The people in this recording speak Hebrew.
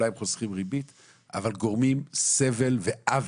אולי הם חוסכים ריבית אבל גורמים סבל ועוול,